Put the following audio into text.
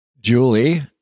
julie